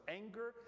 anger